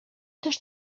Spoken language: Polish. też